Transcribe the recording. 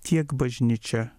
tiek bažnyčia